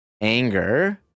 Anger